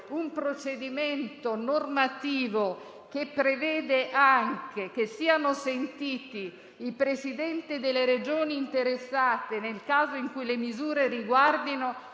un procedimento normativo che prevede anche che siano sentiti «i Presidenti delle Regioni interessate, nel caso in cui le misure riguardino